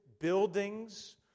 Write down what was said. buildings